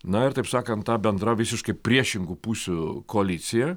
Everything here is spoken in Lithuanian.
na ir taip sakant ta bendra visiškai priešingų pusių koalicija